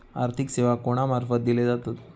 आर्थिक सेवा कोणा मार्फत दिले जातत?